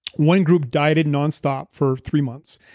one group dieted non-stop for three months,